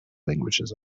languages